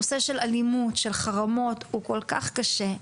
נושא האלימות והחרמות הוא כל כך קשה,